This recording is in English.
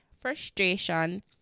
frustration